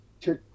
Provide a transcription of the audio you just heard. check